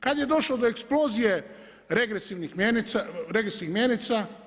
Kad je došlo do eksplozije regresivnih mjenica?